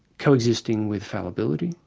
coexisting with fallibility,